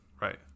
right